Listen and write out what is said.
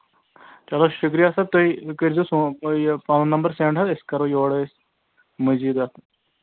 چلو شُکریہ سَر تُہۍ کٔرۍ زیٚو سون یہِ پَنُن نمبر سیٚنٛڈ حظ أسۍ کَرو یورے أسۍ مٔزیٖد اَتھ